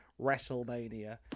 WrestleMania